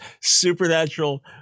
supernatural